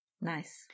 Nice